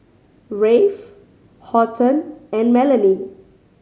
Rafe Horton and Melany